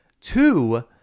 Two